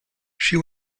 she